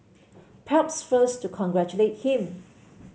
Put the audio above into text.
perhaps first to congratulate him